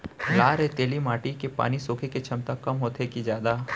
लाल रेतीली माटी के पानी सोखे के क्षमता कम होथे की जादा?